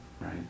right